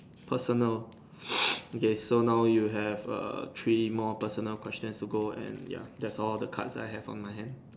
personal okay so now you have err three more personal questions to go and ya that's all the cards I have on my hand